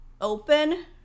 open